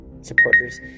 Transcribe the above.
supporters